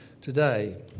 today